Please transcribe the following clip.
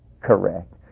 correct